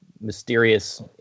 mysterious